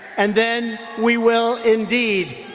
and then we will, indeed,